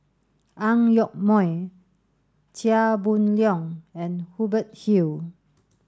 Ang Yoke Mooi Chia Boon Leong and Hubert Hill